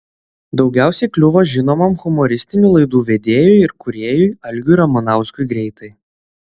daugiausiai kliuvo žinomam humoristinių laidų vedėjui ir kūrėjui algiui ramanauskui greitai